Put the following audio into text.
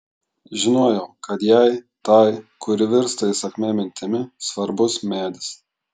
žinojau kad jai tai kuri virsta įsakmia mintimi svarbus medis